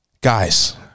guys